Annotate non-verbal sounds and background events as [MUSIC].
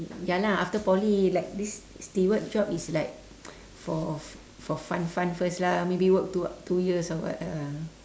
ya lah after poly like this steward job is like [NOISE] for for fun fun first lah maybe work two two years or what ah